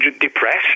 depressed